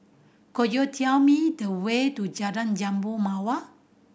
could you tell me the way to Jalan Jambu Mawar